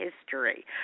history